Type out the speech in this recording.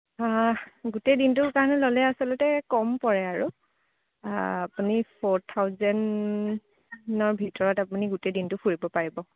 গোটেই দিনটোৰ কাৰণে ল'লে আছলতে কম পৰে আৰু আপুনি ফ'ৰ থাউজেনৰ ভিতৰত আপুনি গোটেই দিনটো ফুৰিব পাৰিব